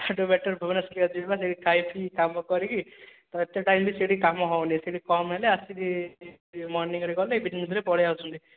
ତା ଠୁ ବେଟର ଭୁବନେଶ୍ୱର ଯିବା ସେଇଠି ଖାଇ ପିଇ କାମ କରିକି ଏତେ ଟାଇମ ବି ସେଇଠି କାମ ହେଉନି ସେଇଠି କମ ହେଲେ ଆସିକି ମର୍ଣ୍ଣିଙ୍ଗ ରେ ଗଲେ ଇଭନିଂ ରେ ପଳେଇ ଆସୁଛନ୍ତି